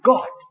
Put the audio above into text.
God